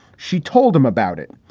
she told him about it.